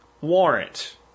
warrant